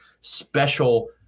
special